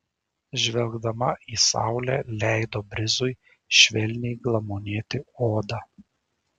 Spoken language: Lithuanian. žvelgdama į saulę leido brizui švelniai glamonėti odą